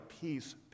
peace